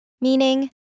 Meaning